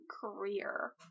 career